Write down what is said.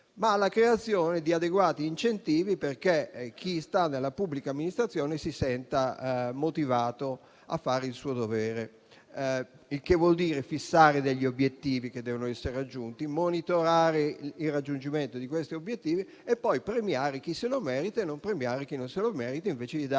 ma alla creazione di adeguati incentivi perché chi sta nella pubblica amministrazione si senta motivato a fare il suo dovere. Questo significa fissare degli obiettivi che devono essere raggiunti, monitorarne il raggiungimento e poi premiare chi se lo merita e non premiare chi non se lo merita, invece di dare